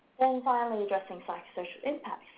and finally addressing psychosocial impact,